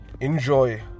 Enjoy